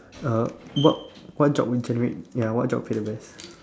uh what what job would generate ya what job would be the best